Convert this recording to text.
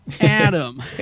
Adam